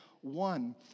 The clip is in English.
one